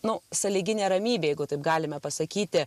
nu sąlyginė ramybė jeigu taip galime pasakyti